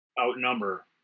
outnumber